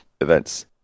events